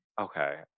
Okay